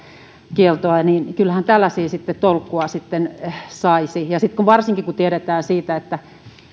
kyllähän tällaisiin tolkkua sitten saisi varsinkin kun tiedetään että